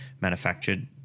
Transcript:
manufactured